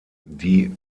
die